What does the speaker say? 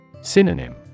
Synonym